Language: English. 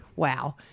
Wow